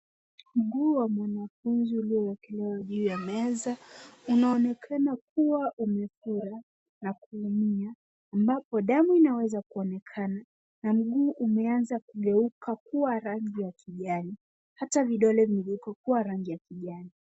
Mguu wa mwanafunzi uliowekelewa juu ya meza unaonekana kuwa umefura na kuumia, ambapo damu inaweza kuonekana na mguu umeanza kugeuka kuwa rangi ya kijani, hata vidole vimekua rangi ya kijani.